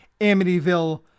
Amityville